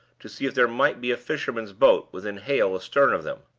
to see if there might be a fisherman's boat within hail astern of them.